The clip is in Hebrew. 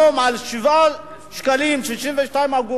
היום מ-7.62 ש"ח,